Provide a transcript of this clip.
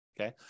okay